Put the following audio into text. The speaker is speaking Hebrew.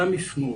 גם משמאל,